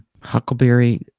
Huckleberry